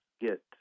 get